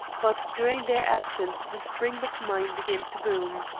but during their absence the springbok mine began to boom.